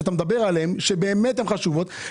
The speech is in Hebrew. שאתה מדבר עליהן והן באמת חשובות,